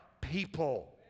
people